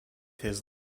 his